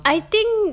I think